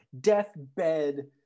deathbed